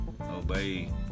obey